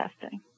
testing